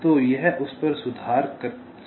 तो यह उस पर सुधार कर सकते हैं